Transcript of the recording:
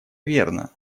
верно